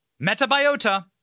MetaBiota